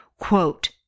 quote